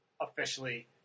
officially